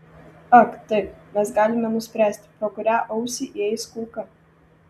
ak taip mes galime nuspręsti pro kurią ausį įeis kulka